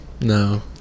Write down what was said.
No